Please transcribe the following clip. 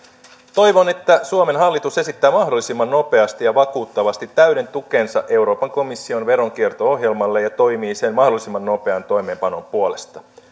toivon että suomen hallitus esittää mahdollisimman nopeasti ja vakuuttavasti täyden tukensa euroopan komission veronkierto ohjelmalle ja toimii sen mahdollisimman nopean toimeenpanon puolesta